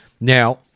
Now